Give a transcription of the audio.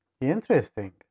Interesting